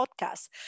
podcast